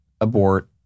abort